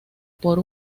por